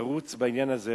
תרוץ בעניין הזה.